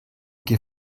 ket